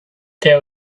there